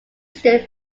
stood